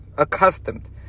accustomed